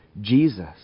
Jesus